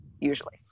Usually